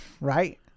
Right